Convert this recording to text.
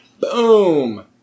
Boom